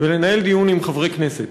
ולנהל דיון עם חברי הכנסת.